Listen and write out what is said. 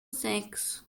sechs